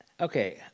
Okay